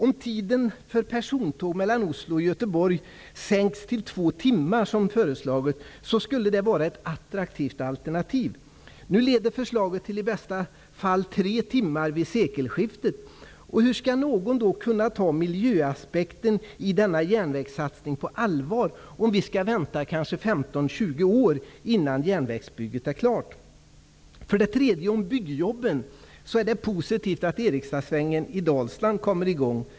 Om tiden för resor med persontåg mellan Oslo och Göteborg minskas till två timmar, som föreslagits, skulle det vara ett attraktivt alternativ. Nu leder förslaget i bästa fall till att det blir fråga om tre timmar vid sekelskiftet. Hur skall någon kunna ta miljöaspekten i fråga om denna järnvägssatsning på allvar om vi skall vänta kanske 15--20 år på att järnvägsbygget är klart? För det tredje är det när det gäller byggjobben positivt att arbetena med Erikstadsvängen i Dalsland kommer i gång.